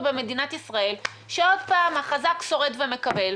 במדינת ישראל שעוד פעם החזק שורד ומקבל,